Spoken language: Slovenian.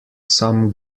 sam